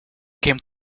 came